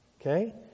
okay